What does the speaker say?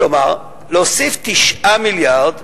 כלומר, להוסיף 9 מיליארדים